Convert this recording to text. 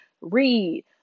read